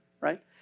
right